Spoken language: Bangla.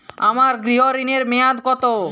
আমার গৃহ ঋণের মেয়াদ কত?